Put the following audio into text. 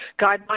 Guidelines